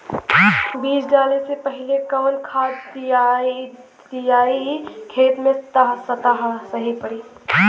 बीज डाले से पहिले कवन खाद्य दियायी खेत में त सही पड़ी?